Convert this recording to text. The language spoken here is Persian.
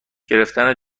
گرفتن